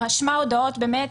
רשמה הודעות, באמת